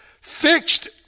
fixed